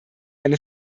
eine